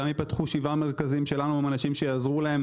גם ייפתחו שבעה מרכזים שלנו עם אנשים שיעזרו להם,